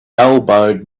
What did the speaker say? elbowed